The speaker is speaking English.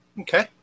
Okay